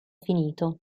finito